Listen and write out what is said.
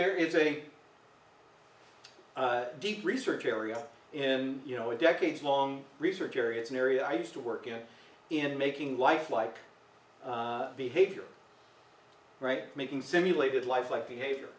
there is a deep research area and you know a decades long research area it's an area i used to work in in making life like behavior right making simulated lifelike behavior